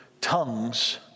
tongues